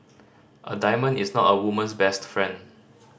a diamond is not a woman's best friend